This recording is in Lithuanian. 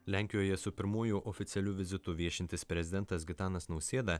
lenkijoje su pirmuoju oficialiu vizitu viešintis prezidentas gitanas nausėda